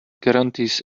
guarantees